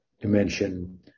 dimension